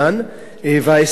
והעסק נפל.